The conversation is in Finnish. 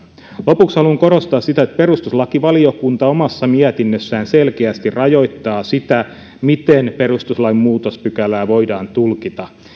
lopuksi haluan korostaa sitä että perustuslakivaliokunta omassa mietinnössään selkeästi rajoittaa sitä miten perustuslain muutospykälää voidaan tulkita